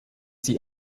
sie